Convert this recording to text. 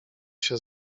się